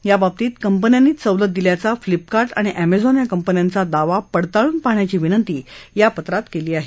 या बाबतीत कंपन्यांनीच सवलत दिल्याचा फ्लिपकार्ट आणि एमेझॉन या कंपन्यांचा दावा पडताळून पाहण्याची विनंतीही या पत्रात केली आहे